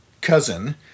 cousin